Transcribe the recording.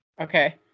Okay